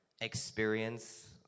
experience